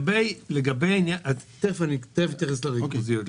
תיכף אני אתייחס לריכוזיות.